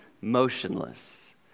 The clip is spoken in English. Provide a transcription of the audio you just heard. motionless